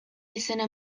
izena